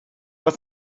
was